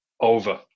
over